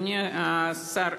אדוני השר,